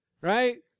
right